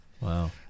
Wow